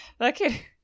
Okay